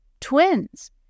twins